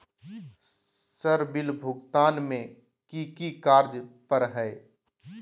Sir bill भुगतान में की की कार्य पर हहै?